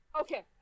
Okay